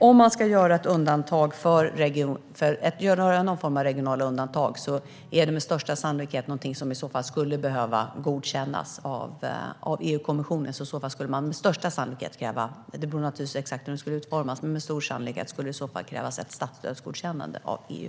Om man ska göra någon form av regionala undantag är det med största sannolikhet någonting som i så fall skulle behöva godkännas av EU-kommissionen. Det beror naturligtvis på hur det skulle utformas, men med största sannolikhet skulle det krävas ett statsstödsgodkännande av EU.